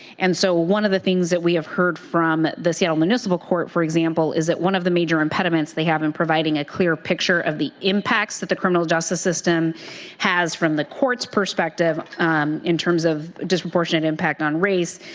and so, one of the things that we have heard from the seattle municipal court for example is that one of the major impediments they have in providing a clear picture of the impact of the criminal justice system has from the court's perspective in terms of this proportionate impact on race,